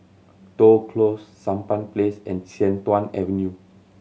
Toh Close Sampan Place and Sian Tuan Avenue